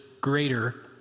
greater